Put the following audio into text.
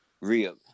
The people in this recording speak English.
real